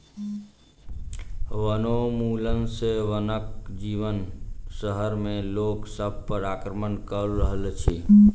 वनोन्मूलन सॅ वनक जीव शहर में लोक सभ पर आक्रमण कअ रहल अछि